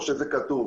כמו שזה כתוב.